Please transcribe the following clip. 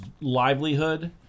livelihood